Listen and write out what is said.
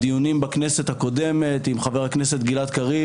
הדיונים בכנסת הקודמת עם חבר הכנסת גלעד קריב,